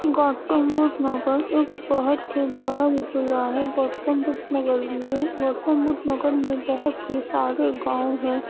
گوتم بدھ نگر ایک بہت ہی بڑا ضلع ہے گوتم بدھ نگر میں گوتم بدھ نگر میں بہت ہی سارے گاؤں ہیں